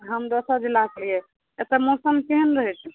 हम दोसर जिलासँ हीयै एतऽ मौसम केहन रहै छै